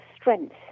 strength